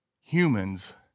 humans